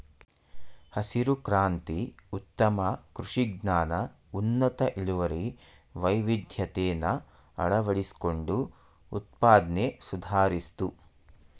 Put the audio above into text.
ಹಸಿರು ಕ್ರಾಂತಿ ಉತ್ತಮ ಕೃಷಿ ಜ್ಞಾನ ಉನ್ನತ ಇಳುವರಿ ವೈವಿಧ್ಯತೆನ ಅಳವಡಿಸ್ಕೊಂಡು ಉತ್ಪಾದ್ನೆ ಸುಧಾರಿಸ್ತು